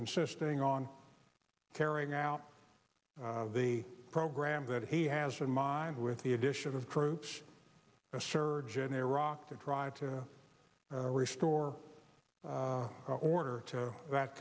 insisting on carrying out the program that he has in mind with the addition of troops a surge in iraq to try to restore order to that